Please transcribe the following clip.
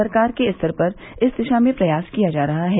सरकार के स्तर पर इस दिशा में प्रयास किया जा रहा है